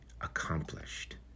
accomplished